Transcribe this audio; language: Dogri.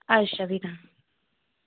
अच्छा भी तां